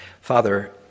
Father